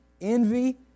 envy